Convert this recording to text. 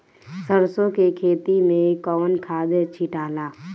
सरसो के खेती मे कौन खाद छिटाला?